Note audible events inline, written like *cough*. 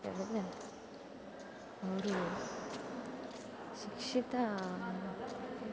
*unintelligible* ಅವರು ಶಿಕ್ಷಿತ